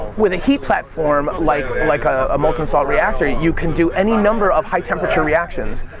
with a heat platform like like ah a molten salt reactor you can do any number of high temperature reactions.